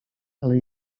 ale